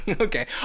okay